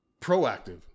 proactive